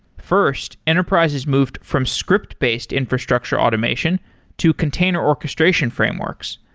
first, enterprises moved from scripted-based infrastructure automation to container orchestration frameworks.